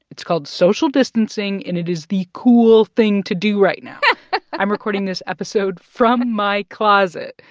it's called social distancing, and it is the cool thing to do right now i'm recording this episode from my closet.